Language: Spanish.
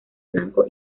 blanco